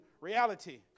reality